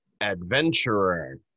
Adventurer